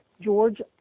George